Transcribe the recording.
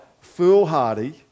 foolhardy